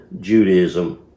Judaism